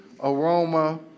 aroma